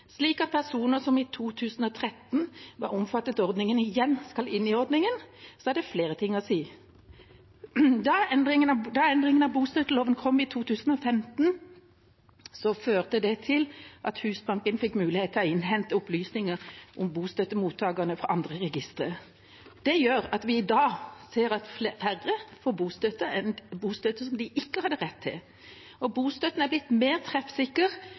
slik at personer som i 2013 var omfattet av ordningen, igjen skal inn i ordningen, er det flere ting å si. Da endringen i bostøtteloven kom i 2015, førte det til at Husbanken fikk mulighet til å innhente opplysninger om bostøttemottakerne fra andre registre. Det gjør at vi i dag ser at færre får bostøtte de ikke har rett på. Bostøtten er blitt mer treffsikker,